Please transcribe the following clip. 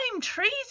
trees